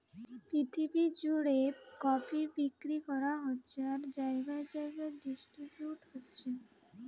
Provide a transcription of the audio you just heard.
পৃথিবী জুড়ে কফি বিক্রি করা হচ্ছে আর জাগায় জাগায় ডিস্ট্রিবিউট হচ্ছে